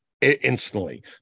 instantly